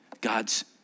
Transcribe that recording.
God's